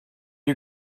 you